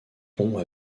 pont